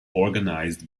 organized